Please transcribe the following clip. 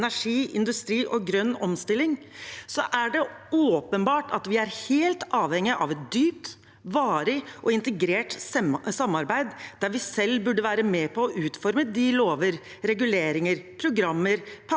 energi, industri og grønn omstilling. Det er åpenbart at vi er helt avhengig av et dypt, varig og integrert samarbeid der vi selv burde være med på å utforme de lover, reguleringer, programmer, pakker,